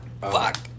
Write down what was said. Fuck